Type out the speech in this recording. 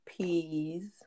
Peas